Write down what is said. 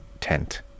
tent